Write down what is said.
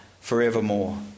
forevermore